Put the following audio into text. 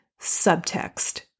subtext